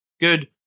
good